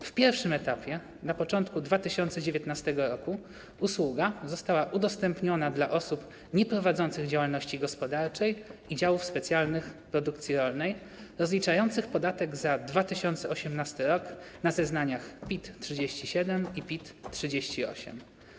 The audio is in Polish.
W pierwszym etapie, na początku 2019 r., usługa została udostępniona dla osób nieprowadzących działalności gospodarczej i działów specjalnych produkcji rolnej rozliczających podatek za 2018 r. na zeznaniach PIT-37 i PIT-38.